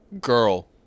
girl